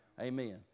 Amen